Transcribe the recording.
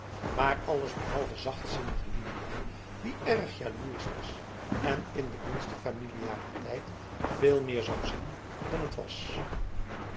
maar allesbehalve zachtzinnige lidia die erg jaloers was en in de minste familiariteit veel meer zou zien dan t was